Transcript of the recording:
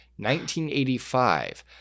1985